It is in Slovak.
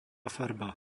farba